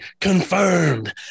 confirmed